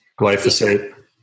Glyphosate